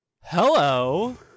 Hello